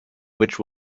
which